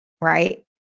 right